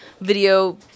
video